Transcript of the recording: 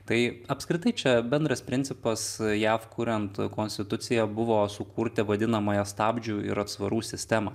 tai apskritai čia bendras principas jav kuriant konstituciją buvo sukurti vadinamąją stabdžių ir atsvarų sistemą